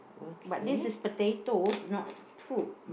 but this is potatoes not fruit